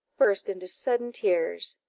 burst into sudden tears.